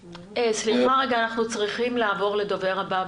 סליחה, אנחנו צריכים לעבור לדובר הבא.